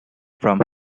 from